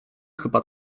chyba